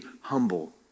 humble